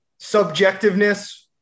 subjectiveness –